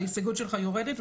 ההסתייגות שלך יורדת,